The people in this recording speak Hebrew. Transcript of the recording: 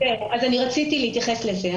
כן, רציתי להתייחס לזה.